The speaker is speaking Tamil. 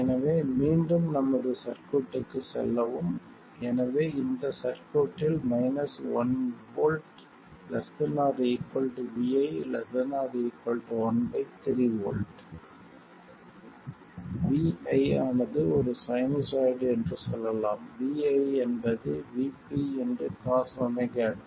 எனவே மீண்டும் நமது சர்க்யூட்க்கு செல்லவும் எனவே இந்த சர்க்யூட்டில் 1 V ≤ vi ≤ 13 V vi ஆனது ஒரு சைனுசாய்டு என்று சொல்லலாம் vi என்பது Vp Cosωt